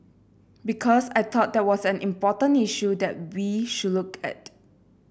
because I thought that was an important issue that we should look at